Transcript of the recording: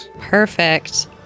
Perfect